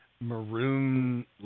maroon